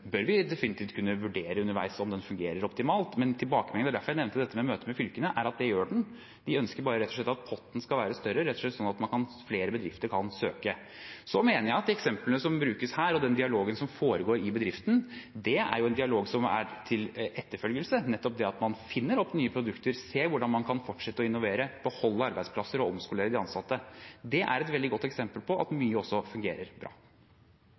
bør vi definitivt kunne vurdere underveis, om den fungerer optimalt, men tilbakemeldingene er – derfor nevnte jeg møtene med fylkene – at det gjør den. De ønsker rett og slett at potten skal være større, slik at flere bedrifter kan søke. Så mener jeg at de eksemplene som brukes her, og den dialogen som foregår i bedriften, er en dialog til etterfølgelse, nettopp det at man finner opp nye produkter, ser hvordan man kan fortsette å innovere, beholde arbeidsplasser og omskolere de ansatte. Det er et veldig godt eksempel på at mye også fungerer bra.